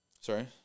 Sorry